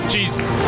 Jesus